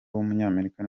w’umunyamerika